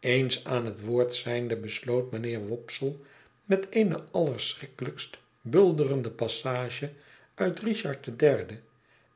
eens aan het woord zijnde besloot mijnheer wopsle met eene allerschrikkelijkst bulderende passage uit richard de derde